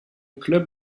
club